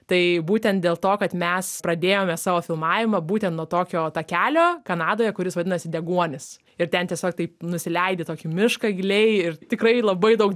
tai būtent dėl to kad mes pradėjome savo filmavimą būtent nuo tokio takelio kanadoje kuris vadinasi deguonis ir ten tiesiog taip nusileidi į tokį mišką giliai ir tikrai labai daug